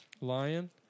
Lion